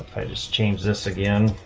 probably just change this again,